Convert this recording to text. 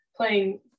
playing